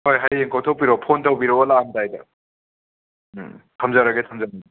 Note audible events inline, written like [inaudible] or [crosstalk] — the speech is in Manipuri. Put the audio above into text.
ꯍꯣꯏ ꯍꯌꯦꯡ ꯀꯣꯏꯊꯣꯛꯄꯤꯔꯛꯑꯣ ꯐꯣꯟ ꯇꯧꯕꯤꯔꯑꯣ ꯂꯥꯛꯑꯝꯗꯥꯏꯗ ꯎꯝ ꯊꯝꯖꯔꯒꯦ [unintelligible]